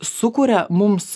sukuria mums